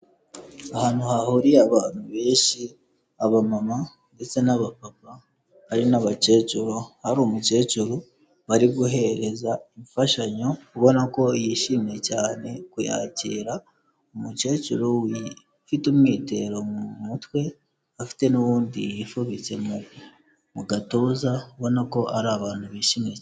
Ahantu hahuriye abantu benshi abamama ndetse n'abapapa hari n'abakecuru, hari umukecuru bari guhereza imfashanyo ubona ko yishimiye cyane kuyakira, umukecuru ufite umwitero mu mutwe afite n'uwundi yifubitse mu gatuza, ubona ko ari abantu bishimye.